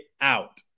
out